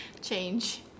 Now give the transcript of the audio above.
change